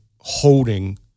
holding